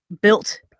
built